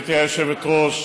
גברתי היושבת-ראש,